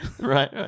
Right